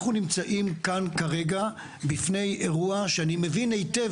אנחנו נמצאים כאן כרגע בפני אירוע שאני מבין היטב